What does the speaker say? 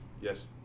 Yes